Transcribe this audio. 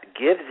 gives